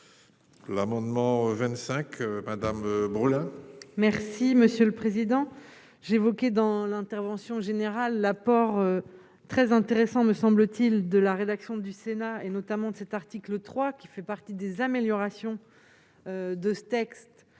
L'amendement 25 madame Brolin. Merci monsieur le président, j'ai évoqué dans l'intervention générale l'apport très intéressant, me semble-t-il, de la rédaction du Sénat et notamment de cet article 3 qui fait partie des améliorations de ce texte